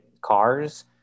cars